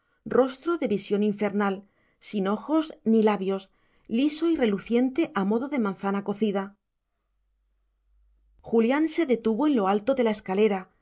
rostro de visión infernal sin ojos ni labios liso y reluciente a modo de manzana cocida julián se detuvo en lo alto de la escalera